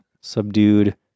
subdued